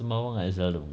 sembawang I selalu